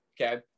Okay